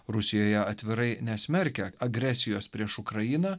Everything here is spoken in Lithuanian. rusijoje atvirai nesmerkia agresijos prieš ukrainą